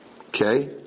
Okay